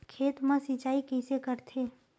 खेत मा सिंचाई कइसे करथे?